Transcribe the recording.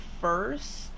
first